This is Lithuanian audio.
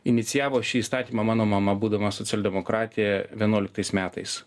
inicijavo šį įstatymą mano mama būdama socialdemokratė vienuoliktais metais